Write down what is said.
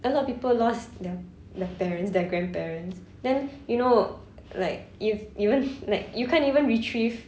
a lot of people lost their my parents their grandparents then you know like if even like you can't even retrieve